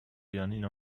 janina